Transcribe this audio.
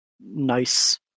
nice